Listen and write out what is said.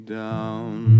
down